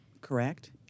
Correct